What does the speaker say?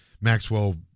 Maxwell